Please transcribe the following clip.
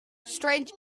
strange